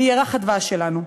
ואני מירח הדבש שלנו.